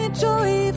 joy